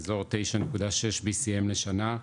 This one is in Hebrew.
מאזור 9.6 BCM לשנה,